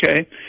okay